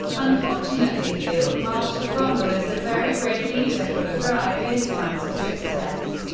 unfortunately field-marshal rommel is a very great leader full of drive in times of success,